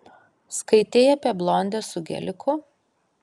skaitei apie blondę su geliku